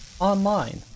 Online